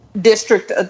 district